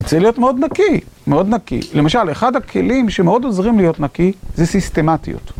צריך להיות מאוד נקי, מאוד נקי, למשל אחד הכלים שמאוד עוזרים להיות נקי זה סיסטמטיות.